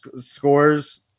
scores